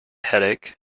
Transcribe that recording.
headache